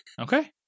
Okay